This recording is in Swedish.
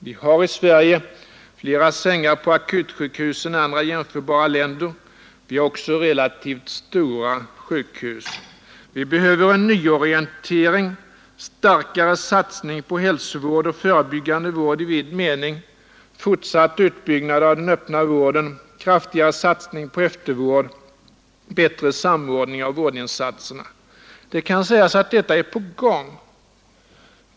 Vi har i Sverige flera sängar på akutsjukhus än andra jämförbara länder. Vi har också relativt stora sjukhus. Vi behöver en nyorientering, starkare satsning på hälsovård och förebyggande vård i vid mening, fortsatt utbyggnad av den öppna vården, kraftigare satsning på eftervård, bättre samordning av vårdinsatserna. Det kan sägas att detta är på gång.